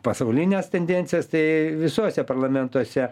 pasaulines tendencijas tai visuose parlamentuose